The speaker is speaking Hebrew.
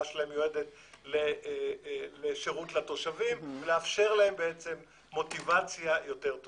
שלהן מיועדת לשירות לתושבים לאפשר להן מוטיבציה טובה יותר.